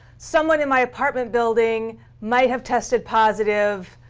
someone in my apartment building might have tested positive.